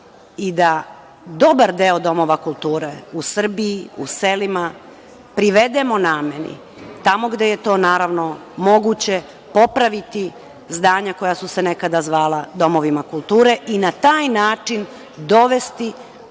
i da dobar deo domova kulture u Srbiji, u selima privedemo nameni, tamo gde je to moguće popraviti zdanja koja su se nekada zvala domovima kulture i na taj način dovesti